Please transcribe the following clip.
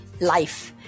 life